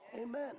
Amen